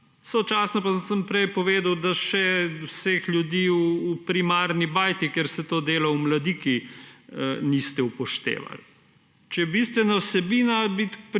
sočasno pa sem prej povedal, da še vseh ljudi v primarni bajti, kjer se to dela, v Mladiki, niste upoštevali. Če je bistvena vsebina,